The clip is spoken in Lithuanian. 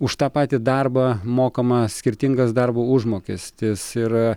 už tą patį darbą mokama skirtingas darbo užmokestis ir